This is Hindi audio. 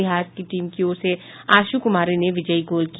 बिहार टीम की ओर से आशु कुमारी ने विजयी गोल किया